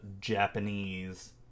Japanese